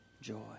joy